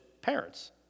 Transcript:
parents